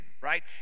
right